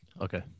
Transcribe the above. Okay